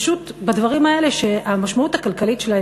פשוט בדברים האלה שהמשמעות הכלכלית שלהם